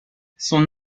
son